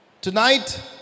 Tonight